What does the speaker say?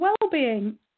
Wellbeing